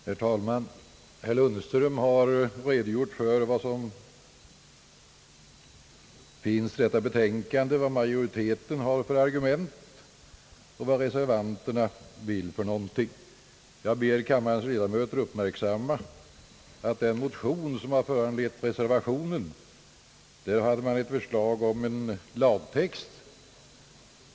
Herr talman! Herr Lundström har redogjort för innehållet i detta betänkan de, för majoritetens argument och reservanternas önskemål. Jag ber kammarens ledamöter uppmärksamma att i de motioner, som har föranlett reservationen, hade man ett förslag om en lagtext.